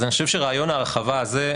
אז אני חושב שרעיון ההרחבה הזה,